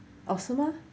oh 是吗